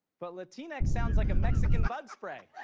but latinx sounds like a mexican bug spray.